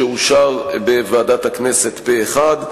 שאושר בוועדת הכנסת פה אחד.